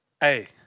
hey